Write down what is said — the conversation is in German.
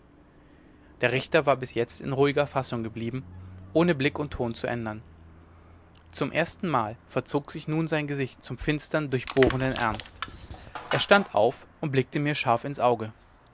der richter war bis jetzt in ruhiger fassung geblieben ohne blick und ton zu ändern zum erstenmal verzog sich nun sein gesicht zum finstern durchbohrenden ernst er stand auf und blickte mir scharf ins auge